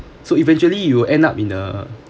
so eventually you will end up in the